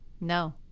No